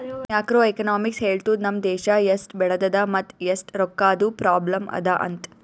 macro economics ಹೇಳ್ತುದ್ ನಮ್ ದೇಶಾ ಎಸ್ಟ್ ಬೆಳದದ ಮತ್ ಎಸ್ಟ್ ರೊಕ್ಕಾದು ಪ್ರಾಬ್ಲಂ ಅದಾ ಅಂತ್